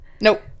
Nope